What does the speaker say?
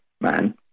man